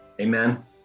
Amen